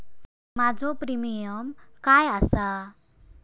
माझो प्रीमियम काय आसा?